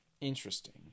Interesting